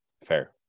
fair